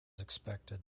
expected